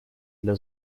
для